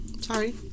Sorry